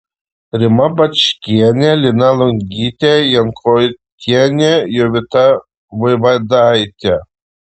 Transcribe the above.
rima bačkienė lina lungytė jankoitienė jovita vaivadaitė